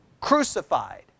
crucified